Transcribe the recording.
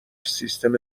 سیستم